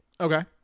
okay